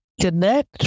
connect